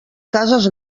cases